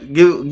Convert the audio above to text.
Give